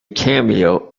cameo